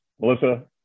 Melissa